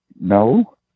No